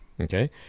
Okay